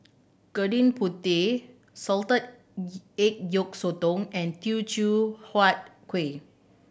Gudeg Putih salted egg yolk sotong and Teochew Huat Kueh